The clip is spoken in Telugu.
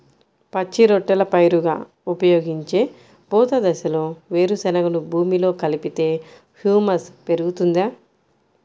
పచ్చి రొట్టెల పైరుగా ఉపయోగించే పూత దశలో వేరుశెనగను భూమిలో కలిపితే హ్యూమస్ పెరుగుతుందా?